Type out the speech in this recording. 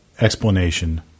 explanation